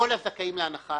כל הזכאים להנחה,